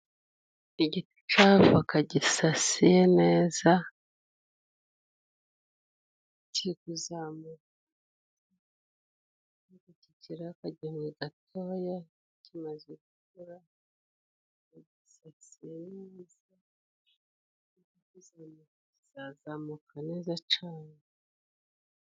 Igiti c'avoka gisasiye neza, kiri kuzamuka, kikiri akagemwe gatoya, kimaze gukura, gisasiye neza, kizazamuka neza cane.